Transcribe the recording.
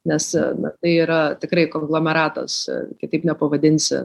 nes tai yra tikrai konglomeratas kitaip nepavadinsi